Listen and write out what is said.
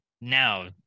now